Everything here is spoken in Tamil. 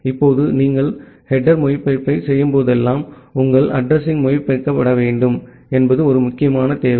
இப்போது நீங்கள் ஹெடேர் மொழிபெயர்ப்பைச் செய்யும்போதெல்லாம் உங்கள் அட்ரஸிங் மொழிபெயர்க்கப்பட வேண்டும் என்பது ஒரு முக்கியமான தேவை